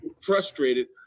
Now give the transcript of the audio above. frustrated